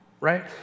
right